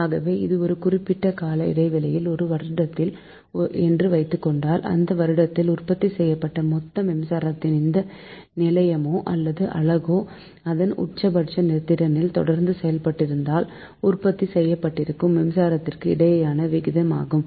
ஆக இது ஒரு குறிப்பிட்ட கால இடைவெளியில் ஒரு வருடத்தில் என்று வைத்துக்கொண்டால் அந்த வருடத்தில் உற்பத்தி செய்யப்பட்ட மொத்த மின்சக்திக்கும் அந்த நிலையமோ அல்லது அலகோ அதன் உட்சபட்ச திறனில் தொடர்ந்து செயற்பட்டிருந்தால் உற்பத்தி செய்யப்பட்டிருக்கும் மின்சக்திக்கும் இடையேயான விகிதம் ஆகும்